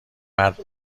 مرد